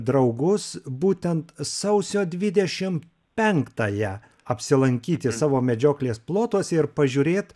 draugus būtent sausio dvidešim penktąją apsilankyti savo medžioklės plotuose ir pažiūrėt